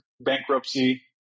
bankruptcy